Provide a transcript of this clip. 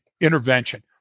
intervention